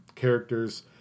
characters